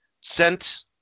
sent